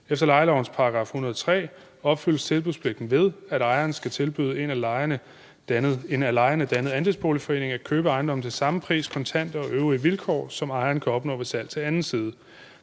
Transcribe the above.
Efter lejelovens § 103 opfyldes tilbudspligten, ved at ejeren skal tilbyde en af lejerne dannet andelsboligforening at købe ejendommen til samme pris, kontante udbetaling og øvrige vilkår, som ejeren kan opnå ved salg til anden side.